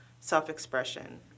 self-expression